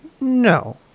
No